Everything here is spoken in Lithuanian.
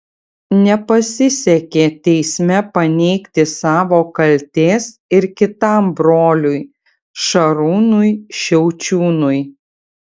nepasisekė teisme paneigti savo kaltės ir kitam broliui šarūnui šiaučiūnui